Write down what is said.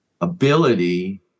ability